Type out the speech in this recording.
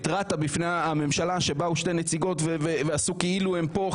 התרעת בפני הממשלה כשבאו שתי נציגות ועשו כאילו הן פה.